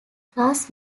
class